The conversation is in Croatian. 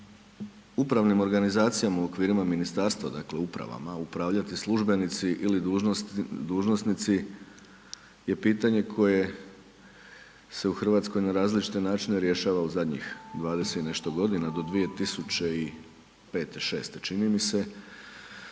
upravnim organizacijama u okvirima ministarstva dakle, upravama upravljati službenici ili dužnosnici je pitanje koje se u Hrvatskoj na različite rješava u zadnjih 20 i nešto godina, do 2005., 2006. čini mi se